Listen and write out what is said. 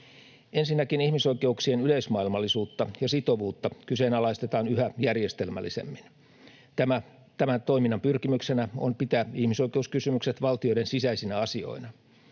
Ensinnäkin ihmisoikeuksien yleismaailmallisuutta ja sitovuutta kyseenalaistetaan yhä järjestelmällisemmin. Tämän toiminnan pyrkimyksenä on pitää ihmisoikeuskysymykset valtioiden sisäisinä asioina.